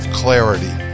clarity